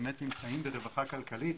היהודים נמצאים ברווחה כלכלית,